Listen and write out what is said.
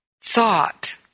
thought